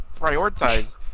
prioritize